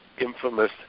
infamous